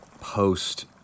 post